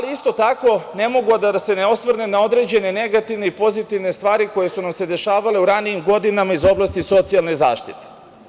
Isto tako, ne mogu a da se ne osvrnem na određene negativne i pozitivne stvari koje su nam se dešavale u ranijim godinama iz oblasti socijalne zaštite.